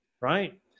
right